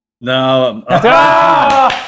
No